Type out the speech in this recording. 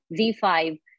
Z5